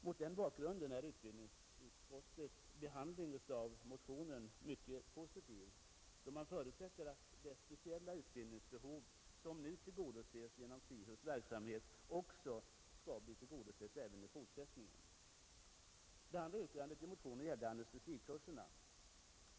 Mot den bakgrunden är utbildningsutskottets behandling av vår motion mycket positiv, eftersom utskottet förutsätter att det speciella utbildningsbehov som nu tillgodoses genom SIHUS:s verksamhet skall bli tillgodosett även i fortsättningen. Det andra yrkandet i motionen gäller anestesikurserna.